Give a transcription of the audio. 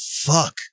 fuck